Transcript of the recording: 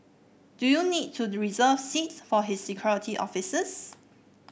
do you need to reserve seats for his security officers